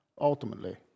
ultimately